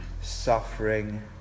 suffering